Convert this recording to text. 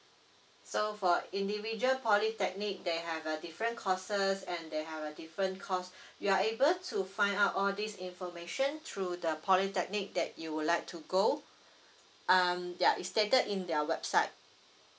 so for individual polytechnic they have a different courses and they have a different cost you are able to find out all this information through the polytechnic that you would like to go um ya is stated in their website